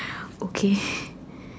okay